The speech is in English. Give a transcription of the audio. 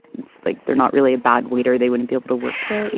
it's like they're not really a bad waiter. they wouldn't be able to work there in.